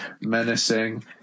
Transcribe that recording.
menacing